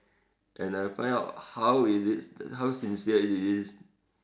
and I find out how is it how sincere it is